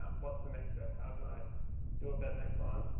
um what's the next step? how can i do it better next time?